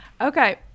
Okay